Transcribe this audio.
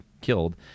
killed